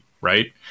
Right